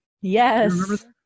Yes